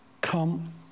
come